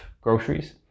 groceries